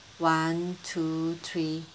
one two three